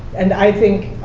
and i think